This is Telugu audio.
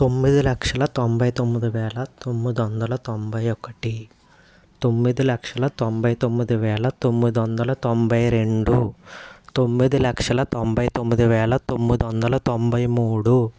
తొమ్మిది లక్షల తొంబై తొమ్మిది వేల తొమ్మిదొందల తొంబై ఒకటి తొమ్మిది లక్షల తొంబై తొమ్మిది వేల తొమ్మిదొందల తొంబై రెండు తొమ్మిది లక్షల తొంబై తొమ్మిది వేల తొమ్మిదొందల తొంబై మూడు